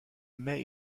mais